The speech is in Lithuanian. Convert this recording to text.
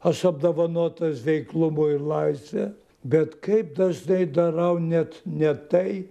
aš apdovanotas veiklumu ir laisve bet kaip dažnai darau net ne tai